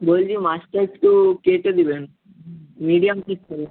বলছি মাছটা একটু কেটে দেবেন মিডিয়াম পিস করে